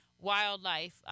wildlife